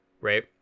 right